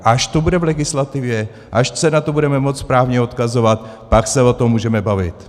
Až to bude v legislativě, až se na to budeme moci správně odkazovat, pak se o tom můžeme bavit.